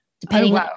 depending